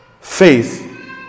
Faith